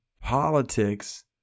politics